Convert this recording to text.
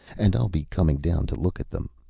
and i'll be coming down to look at them.